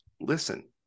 Listen